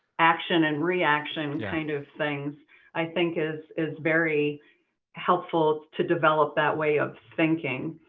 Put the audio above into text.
action and reaction kind of things i think is is very helpful to develop that way of thinking.